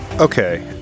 okay